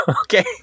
Okay